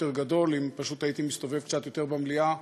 גדול אם פשוט הייתי מסתובב קצת יותר במליאה,